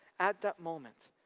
at that moment.